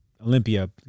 Olympia